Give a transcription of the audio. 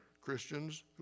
christians